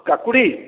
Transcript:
କାକୁଡି